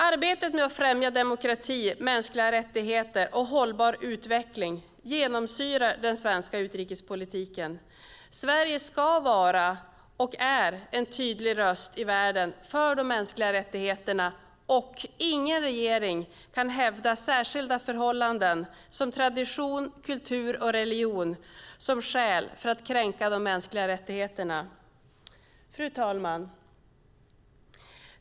Arbetet med att främja demokrati, mänskliga rättigheter och hållbar utveckling genomsyrar den svenska utrikespolitiken. Sverige ska vara och är en tydlig röst i världen för de mänskliga rättigheterna. Ingen regering kan hävda särskilda förhållanden som tradition, kultur eller religion som skäl för att kränka de mänskliga rättigheterna. Fru talman!